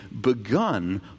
begun